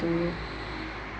to